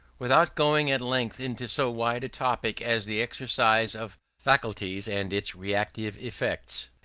without going at length into so wide a topic as the exercise of faculties and its reactive effects,